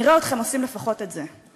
נראה אתכם עושים לפחות את זה.